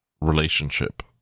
relationship